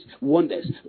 wonders